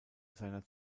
seiner